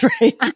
right